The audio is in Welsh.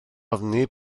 ofni